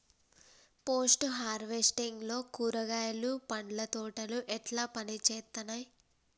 Post harvesting లో కూరగాయలు పండ్ల తోటలు ఎట్లా పనిచేత్తనయ్?